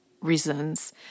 reasons